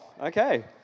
okay